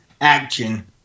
action